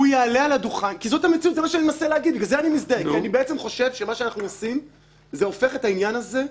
אלה דברים שאנחנו עושים הרבה.